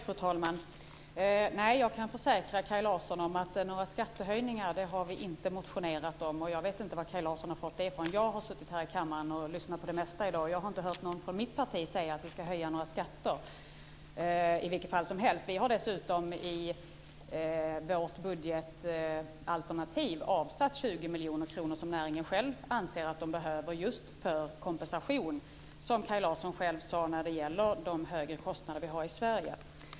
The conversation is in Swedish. Fru talman! Jag kan försäkra Kaj Larsson om att några skattehöjningar har vi inte motionerat om. Jag vet inte var Kaj Larsson har fått det ifrån. Jag har suttit här i kammaren och lyssnat på det mesta i dag, och jag har inte hört någon från mitt parti säga att vi ska höja några skatter. Vi har dessutom i vårt budgetalternativ avsatt 20 miljoner kronor som näringen själv anser att den behöver just för kompensation, som Kaj Larsson själv sade, för de högre kostnader vi har i Sverige.